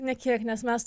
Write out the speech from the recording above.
nė kiek nes mes